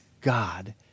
God